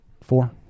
four